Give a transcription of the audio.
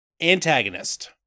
Antagonist